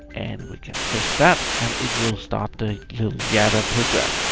and we can press that, and it will start the java program.